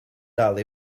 dal